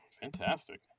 Fantastic